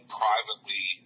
privately